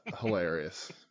Hilarious